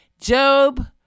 Job